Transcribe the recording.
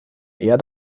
eher